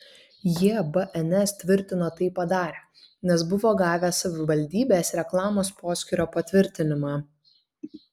jie bns tvirtino tai padarę nes buvo gavę savivaldybės reklamos poskyrio patvirtinimą